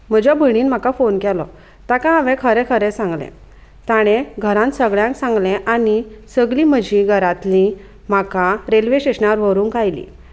म्हज्या भयणीन म्हाका फोन केलो ताका हांवें खरें खरें सांगलें ताणें घरान सगळ्यांक सांगलें आनी सगळीं म्हजी घरांतली म्हाका रेल्वे स्टेशनार व्हरूंक आयली